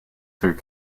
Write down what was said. through